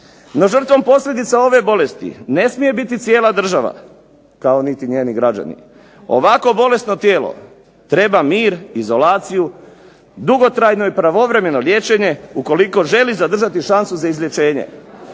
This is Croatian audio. No žrtvom posljedica ove bolesti ne smije biti cijela država, kao niti njeni građani. Ovako bolesno tijelo treba mir, izolaciju, dugotrajno i pravovremeno liječenje ukoliko želi zadržati šansu za izlječenje.